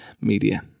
media